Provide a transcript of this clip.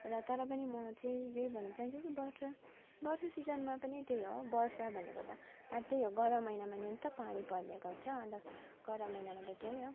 र तर पनि म चैँ यही भन्नु चाहन्छु कि वर्षा वर्षा सिजनमा पनि त्यही हो वर्षा भनेको त अब त्यही हो गरम महिनामा नि त पानी पर्ने गर्छ अन्त गरम महिनामा त त्यही हो